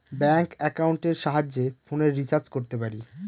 bank একাউন্টের সাহায্যে ফোনের রিচার্জ করতে পারি